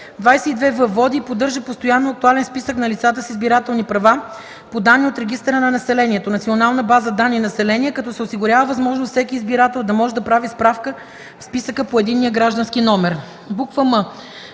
22в. води и поддържа постоянно актуален списък на лицата с избирателни права по данни от регистъра на населението – Национална база данни „Население”, като се осигурява възможност всеки избирател да може да прави справка в списъка по единен граждански номер;” м) в т.